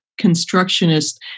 constructionist